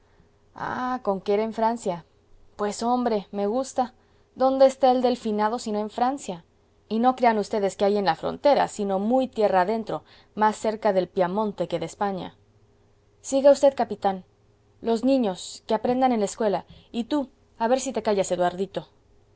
ah conque era en francia pues hombre me gusta dónde está el delfinado sino en francia y no crean ustedes que ahí en la frontera sino muy tierra adentro más cerca del piamonte que de españa siga v capitán los niños que aprendan en la escuela y tú a ver si te callas eduardito